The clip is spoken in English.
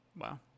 Wow